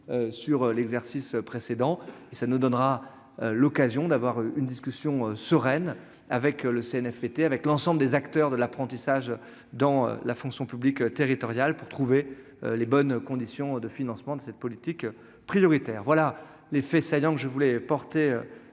sur l'exercice précédent, et ça nous donnera l'occasion d'avoir une discussion sereine avec le Cnfpt, avec l'ensemble des acteurs de l'apprentissage dans la fonction publique territoriale pour trouver les bonnes conditions de financement de cette politique prioritaire, voilà les faits saillants que je voulais porter